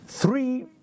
Three